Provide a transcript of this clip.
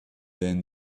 then